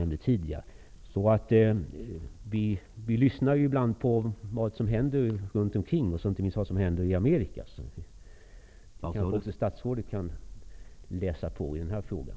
Vi lyssnar ju ibland på vad som händer runt omkring oss, inte minst på vad som händer i Amerika. Statsrådet kan kanske läsa på i den här frågan.